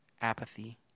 Apathy